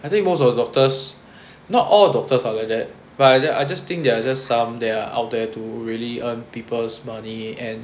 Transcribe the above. I think most of the doctors not all doctors are like that but then I just think they are just some there are out there to really earn people's money and